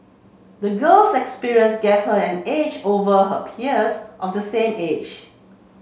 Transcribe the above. the girl's experience gave her an edge over her peers of the same age